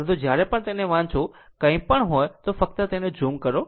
પરંતુ જ્યારે પણ તેને વાંચો કંઈપણ હોય તો ફક્ત તેને ઝૂમ કરો